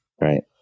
right